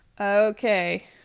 Okay